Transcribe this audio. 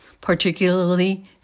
particularly